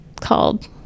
called